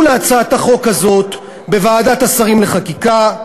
להצעת החוק הזאת בוועדת השרים לחקיקה: